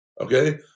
okay